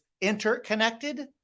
interconnected